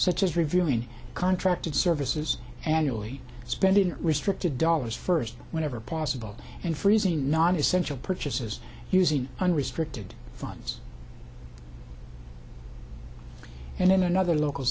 such as reviewing contracted services annually spending restricted dollars first whenever possible and freezing nonessential purchases using unrestricted funds and in another local